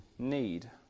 Need